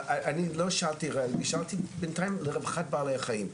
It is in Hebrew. אני שאלתי על רווחת בעלי החיים.